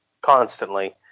constantly